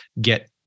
get